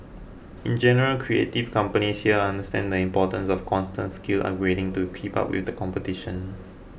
in general creative companies here understand the importance of constant skills upgrading to keep up with competition